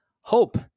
HOPE